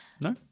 No